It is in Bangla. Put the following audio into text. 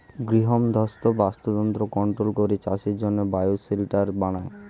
গৃহমধ্যস্থ বাস্তুতন্ত্র কন্ট্রোল করে চাষের জন্যে বায়ো শেল্টার বানায়